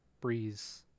breeze